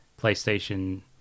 PlayStation